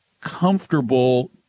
comfortable